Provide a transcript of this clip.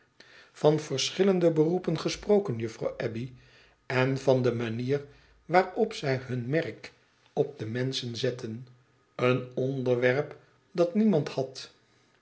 van verschillende beroepen gesproken juffrouw abbey en van de manier waarop zij hun merk op de menschen zetten een onderwerp dat niemand had